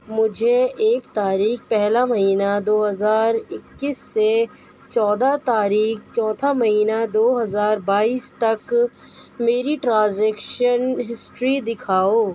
مجھے ایک تاریخ پہلا مہینہ دو ہزار اکیس سے چودہ تاریخ چوتھا مہینہ دو ہزار بائیس تک میری ٹرانزیکشن ہسٹری دکھاؤ